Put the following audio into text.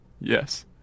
Yes